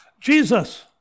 Jesus